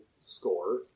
score